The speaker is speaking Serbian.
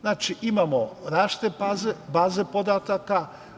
Znači, imamo različite baze podataka.